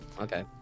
okay